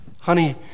honey